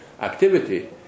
activity